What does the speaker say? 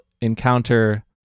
encounter